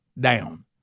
down